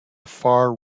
far